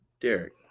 Derek